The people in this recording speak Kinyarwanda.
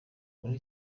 muri